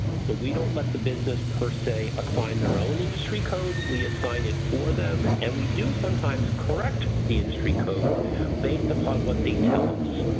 so we don't let the business per se assign their own industry code, we assign it for them. and we do sometimes correct the industry code based upon what they tell us.